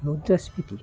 মুদ্রাস্ফীতি